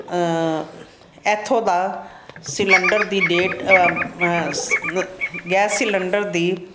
ਇੱਥੋਂ ਦਾ ਸਿਲੰਡਰ ਦੀ ਡੇਟ ਸ ਗੈਸ ਸਿਲੰਡਰ ਦੀ